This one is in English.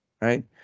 Right